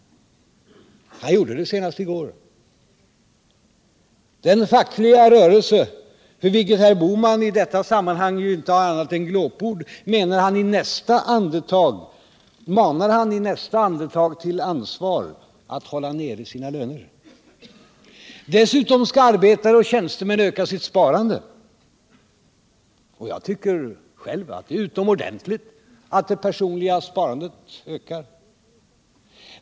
Han gjorde det senast i går. Den fackliga rörelsen, för vilken herr Bohman i detta sammanhang inte har annat än glåpord, manar han i nästa andetag till ansvar för att hålla nere sina löner. Dessutom skall arbetare och tjänstemän öka sitt sparande. Och jag tycker själv att det är utomordentligt om det enskilda sparandet ökar.